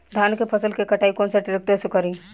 धान के फसल के कटाई कौन सा ट्रैक्टर से करी?